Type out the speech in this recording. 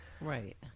Right